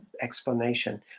explanation